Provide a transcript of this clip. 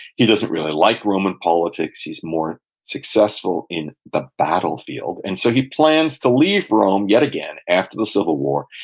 he doesn't really like roman politics, he's more successful in the battlefield. and so he plans to leave rome yet again, after the civil war,